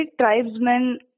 tribesmen